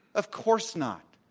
of course not.